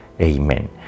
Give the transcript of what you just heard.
Amen